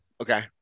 Okay